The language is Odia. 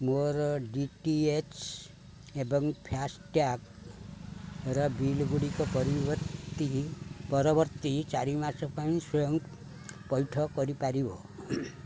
ମୋର ଡ଼ି ଟି ଏଚ୍ ଏବଂ ଫାସ୍ଟ୍ୟାଗ୍ର ବିଲ୍ଗୁଡ଼ିକ ପରିବର୍ତ୍ତୀ ପରବର୍ତ୍ତୀ ଚାରି ମାସ ପାଇଁ ସ୍ଵୟଂ ପଇଠ କରିପାରିବ